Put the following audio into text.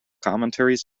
commentaries